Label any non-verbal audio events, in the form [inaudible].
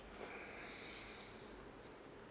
[breath]